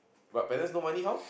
but parents no money how